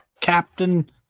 Captain